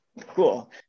cool